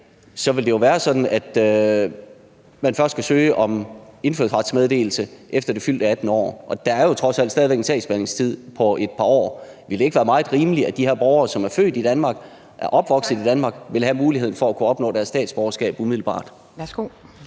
som de er i dag, at man først skal søge om indfødsretsmeddelelse efter det fyldte 18. år, og der er jo trods alt stadig væk en sagsbehandlingstid på et par år. Ville det ikke være meget rimeligt, at de her borgere, som er født i Danmark og er opvokset i Danmark, ville have mulighed for at kunne opnå deres statsborgerskab umiddelbart?